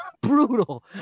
Brutal